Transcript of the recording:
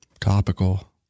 topical